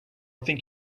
think